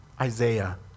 Isaiah